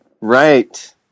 Right